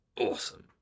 awesome